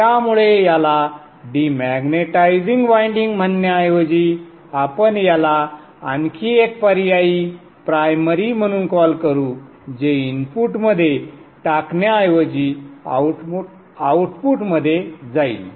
त्यामुळे याला demagnetizing winding म्हणण्याऐवजी आपण याला आणखी एक पर्यायी प्रायमरी म्हणून कॉल करू जे इनपुटमध्ये टाकण्याऐवजी आउटपुटमध्ये जाईल